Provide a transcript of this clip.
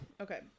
Okay